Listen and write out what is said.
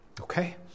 Okay